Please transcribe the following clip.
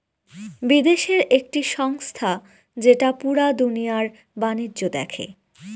বিদেশের একটি সংস্থা যেটা পুরা দুনিয়ার বাণিজ্য দেখে